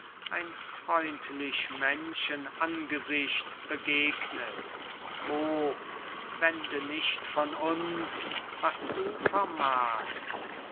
ein freundlich menschenangesicht begegnet o wende nicht von uns was du vermagst